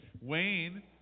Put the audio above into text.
Wayne